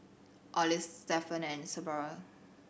Olive Stephen and Sybilla